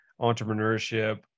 entrepreneurship